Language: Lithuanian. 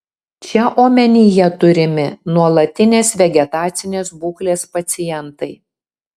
čia omenyje turimi nuolatinės vegetacinės būklės pacientai